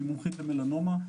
שהיא מומחית למלנומה,